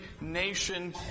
nation